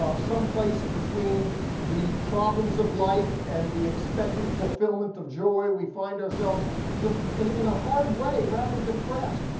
ah some place between the problems of life and the expected fulfillment of joy we find ourselves just in in a hard way, rather depressed.